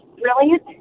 brilliant